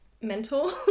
mental